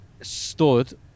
stood